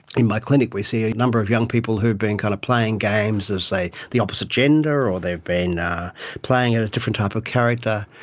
in my clinic we see a number of young people who have been kind of playing games of, say, the opposite gender, or they've been playing at a different type of character,